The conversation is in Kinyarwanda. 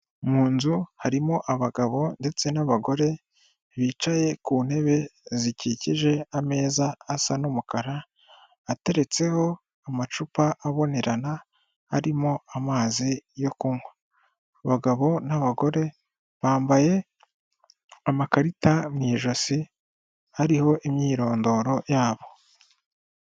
Mu nzu harimo abagabo ndetse n'abagore bicaye ku ntebe zikikije ameza asa n'umukara, ateretseho amacupa abonerana arimo amazi yo kunywa, abagabo n'abagore bambaye amakarita mu ijosi, ariho imyirondoro yabo.